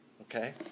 Okay